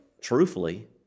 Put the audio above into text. truthfully